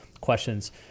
questions